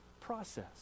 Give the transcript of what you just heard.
process